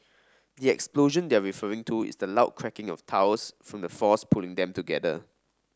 yet explosion they're referring to is the loud cracking of tiles from the force pulling them together